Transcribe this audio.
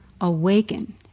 Awaken